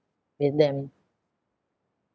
with them